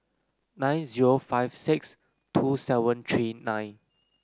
nine zero five six two seven three nine